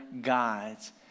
gods